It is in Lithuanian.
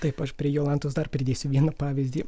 taip aš prie jolantos dar pridėsiu vieną pavyzdį